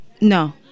No